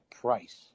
price